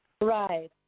right